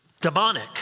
demonic